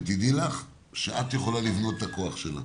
ותדעי לך שאת יכולה לבנות את הכוח שלה.